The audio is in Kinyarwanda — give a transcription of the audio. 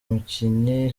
mukinnyi